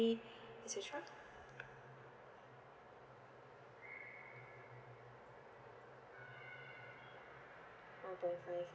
et cetera one point five